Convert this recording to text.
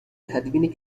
تدوین